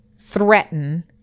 threaten